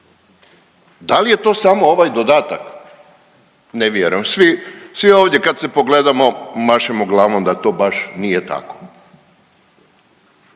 Dal je to samo ovaj dodatak? Ne vjerujem, svi, svi ovdje kad se pogledamo mašemo glavom da to baš nije tako.